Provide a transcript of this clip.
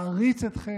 מעריץ אתכם,